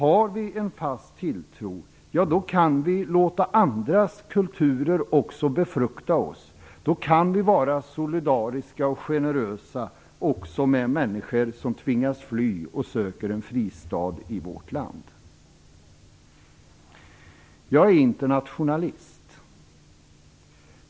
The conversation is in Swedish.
Har vi en fast tilltro kan vi också låta andras kulturer befrukta oss. Då kan vi vara solidariska och generösa mot människor som tvingas fly och som söker en fristad i vårt land. Jag är internationalist.